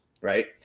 Right